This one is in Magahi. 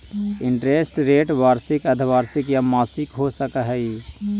इंटरेस्ट रेट वार्षिक, अर्द्धवार्षिक या मासिक हो सकऽ हई